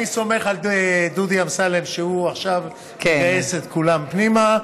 אני סומך על דודי אמסלם שהוא עכשיו מגייס את כולם פנימה.